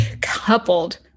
coupled